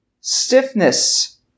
stiffness